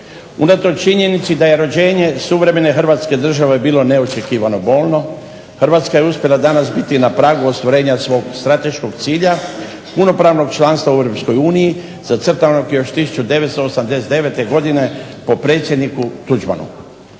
Unatoč činjenici da je rođenje suvremene Hrvatske države bilo neočekivano bolno Hrvatska je uspjela danas biti na pragu ostvarenja svog strateškog cilja punopravnog članstva u EU zacrtanog još 1989. godine po predsjedniku Tuđmanu.